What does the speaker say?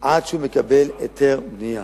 עד שהוא מקבל היתר בנייה?